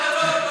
וההנדלים?